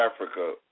Africa